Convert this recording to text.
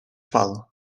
val